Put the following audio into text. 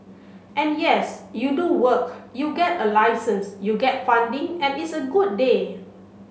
and yes you do work you get a license you get funding and it's a good day